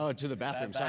ah to the bathroom, sorry,